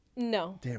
No